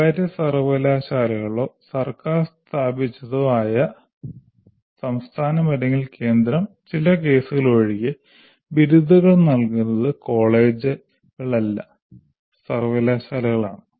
സ്വകാര്യ സർവ്വകലാശാലകളോ സർക്കാർ സ്ഥാപിച്ചതോ ആയ സംസ്ഥാനം അല്ലെങ്കിൽ കേന്ദ്രം ചില കേസുകൾ ഒഴികെ ബിരുദങ്ങൾ നൽകുന്നത് കോളേജുകൾ അല്ല സർവകലാശാലകളാണ്